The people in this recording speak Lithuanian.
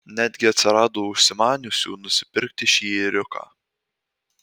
netgi atsirado užsimaniusiųjų nusipirkti šį ėriuką